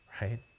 right